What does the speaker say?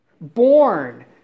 Born